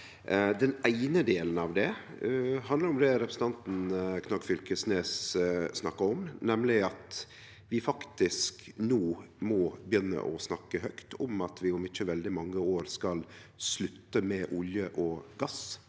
Den eine delen av det handlar om det representanten Knag Fylkesnes snakka om, nemleg at vi faktisk no må begynne å snakke høgt om at vi om ikkje veldig mange år skal slutte med olje og gass,